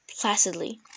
placidly